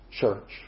church